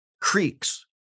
creeks